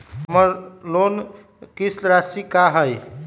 हमर लोन किस्त राशि का हई?